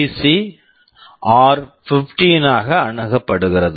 PC PC ஆர்15 r15 ஆக அணுகப்படுகிறது